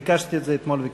ביקשתי את זה אתמול וקיבלתי.